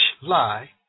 lie